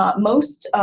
um most,